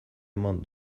eman